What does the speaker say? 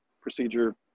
procedure